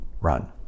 run